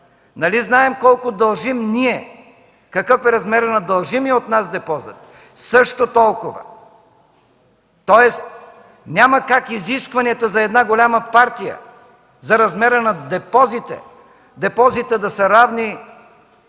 Нали знаем колко дължим ние, какъв е размерът на дължимия от нас депозит?! Също толкова! Тоест няма как изискванията за една голяма партия – за размера на депозита, да са равни